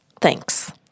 thanks